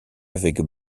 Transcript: avec